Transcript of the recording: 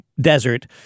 Desert